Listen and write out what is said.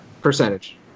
Percentage